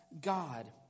God